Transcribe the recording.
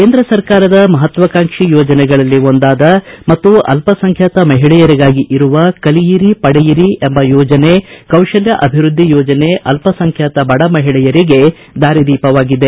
ಕೇಂದ್ರ ಸರ್ಕಾರದ ಮಹತ್ವಾಂಕ್ಷಿ ಯೋಜನೆಯಗಳಲ್ಲಿ ಒಂದಾದ ಮತ್ತು ಅಲ್ಪಸಂಖ್ಯಾತ ಮಹಿಳೆಯರಿಗಾಗಿ ಇರುವ ಕಲಿಯಿರಿ ಪಡೆಯಿರಿ ಎಂಬ ಯೋಜನೆ ಕೌಶಲ್ಕ ವೃದ್ಧಿ ಯೋಜನೆ ಅಲ್ಲಸಂಖ್ಕಾತ ಬಡ ಮಹಿಳೆಯರಿಗೆ ದಾರಿ ದೀಪವಾಗಿದೆ